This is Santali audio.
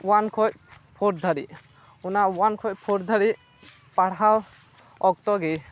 ᱳᱭᱟᱱ ᱠᱷᱚᱡ ᱯᱷᱳᱨ ᱫᱷᱟᱹᱨᱤᱡ ᱚᱱᱟ ᱳᱭᱟᱱ ᱠᱷᱚᱡ ᱯᱷᱳᱨ ᱫᱷᱟ ᱨᱤᱡ ᱯᱟᱲᱦᱟᱣ ᱚᱠᱛᱚ ᱜᱮ